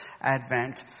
Advent